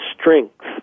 strength